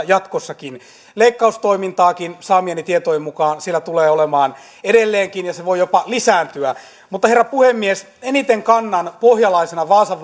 jatkossakin leikkaustoimintaakin saamieni tietojen mukaan siellä tulee olemaan edelleenkin ja se voi jopa lisääntyä mutta herra puhemies eniten kannan pohjalaisena vaasan